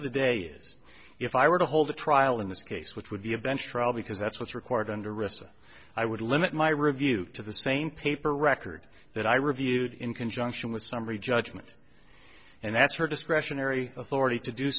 of the day is if i were to hold a trial in this case which would be a bench trial because that's what's required under rissa i would limit my review to the same paper record that i reviewed in conjunction with summary judgment and that's where discretionary authority to do